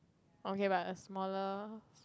okay but a smaller